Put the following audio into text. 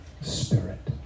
Spirit